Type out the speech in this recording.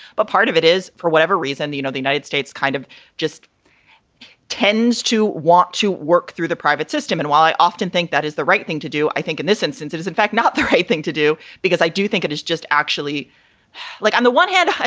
but part of it is for whatever reason, the you know, the united states kind of just tends to want to work through the private system. and while i often think that is the right thing to do, i think in this instance it is in fact not the right thing to do, because i do think it is just actually like on the one hand,